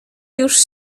już